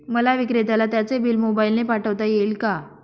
मला विक्रेत्याला त्याचे बिल मोबाईलने पाठवता येईल का?